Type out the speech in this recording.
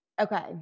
Okay